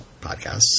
podcasts